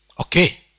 Okay